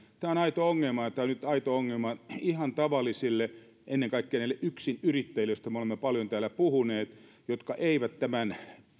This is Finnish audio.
tämä on aito ongelma ja tämä on nyt aito ongelma ihan tavallisille ennen kaikkea yksinyrittäjille joista me olemme paljon täällä puhuneet jotka eivät tämän